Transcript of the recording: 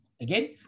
again